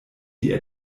die